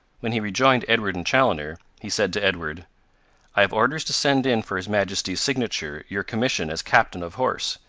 when he rejoined edward and chaloner, he said to edward i have orders to send in for his majesty's signature your commission as captain of horse,